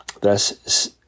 Thus